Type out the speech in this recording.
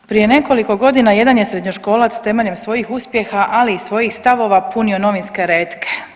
Prije nekoliko godina jedan je srednjoškolac temeljem svojih uspjeha ali i svojih stavova punio novinske retke.